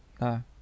No